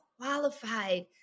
qualified